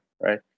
right